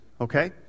okay